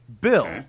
Bill